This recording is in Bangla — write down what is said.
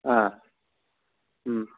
হ্যাঁ হুম